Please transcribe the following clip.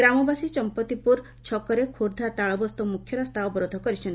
ଗ୍ରାମବାସୀ ଚମ୍ମତିପୁର ଛକରେ ଖୋର୍ବ୍ଧା ତାଳବସ୍ତ ମୁଖ୍ୟରାସ୍ତା ଅବରୋଧ କରିଛନ୍ତି